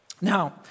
Now